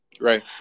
Right